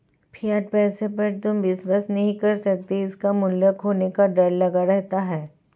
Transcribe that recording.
fiat पैसे पर तुम विश्वास नहीं कर सकते इसका मूल्य खोने का डर लगा रहता है